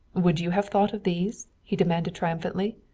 would you have thought of these? he demanded triumphantly.